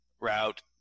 route